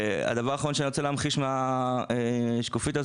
הדבר האחרון שאני רוצה להמחיש מהשקופית הזאת,